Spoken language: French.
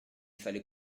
fallait